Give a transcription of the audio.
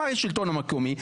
למה יש שלטון מקומי,